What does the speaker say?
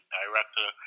director